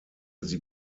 sie